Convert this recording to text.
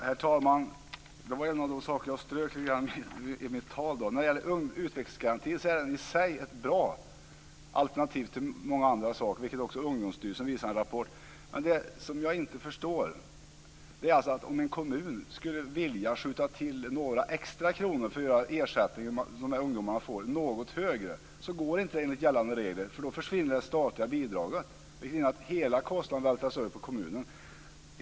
Herr talman! Det var en av de saker som jag strök i mitt tal. Utvecklingsgarantin är i sig ett bra alternativ, vilket också Ungdomsstyrelsen visar i en rapport. Vad jag inte förstår är att om en kommun skulle vilja skjuta till några extra kronor för att göra ungdomarnas ersättning något högre, så går det inte enligt gällande regler, för då försvinner det statliga bidraget. Det betyder att hela kostnaden vältras över på kommunen.